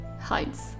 hides